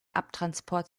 abtransport